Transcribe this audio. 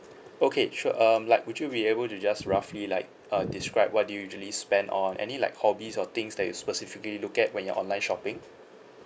okay sure um like would you be able to just roughly like err describe what do you usually spend on any like hobbies or things that you specifically look at when you're online shopping